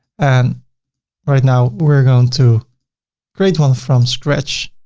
and right now, we're going to create one from scratch.